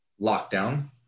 lockdown